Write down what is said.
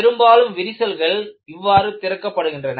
பெரும்பாலும் விரிசல்கள் இவ்வாறு திறக்கப்படுகின்றன